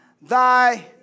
thy